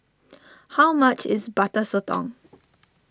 how much is Butter Sotong